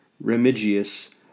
Remigius